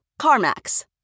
CarMax